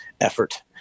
effort